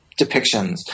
depictions